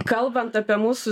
kalbant apie mūsų